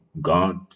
God